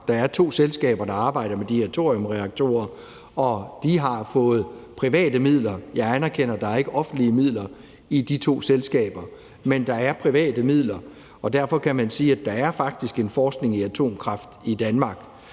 Der er to selskaber, der arbejder med de her thoriumreaktorer, og de har fået private midler. Jeg anerkender, at der ikke er offentlige midler i de to selskaber, men der er private midler, og derfor kan man sige, at der faktisk er en forskning i atomkraft i Danmark.